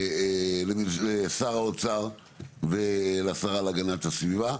לשר האוצר ולשרה להגנת הסביבה,